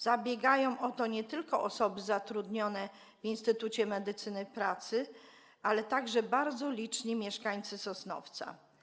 Zabiegają o to nie tylko osoby zatrudnione w instytucie medycyny pracy, ale także bardzo licznie mieszkańcy Sosnowca.